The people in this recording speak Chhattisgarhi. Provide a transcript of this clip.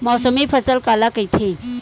मौसमी फसल काला कइथे?